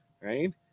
right